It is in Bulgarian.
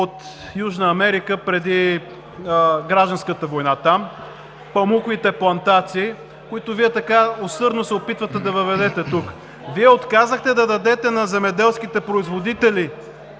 от Южна Америка преди Гражданската война там – памуковите плантации, които така усърдно се опитвате да въведете тук. Вие отказахте да дадете на земеделските производители